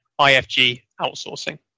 IFGOutsourcing